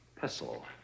pestle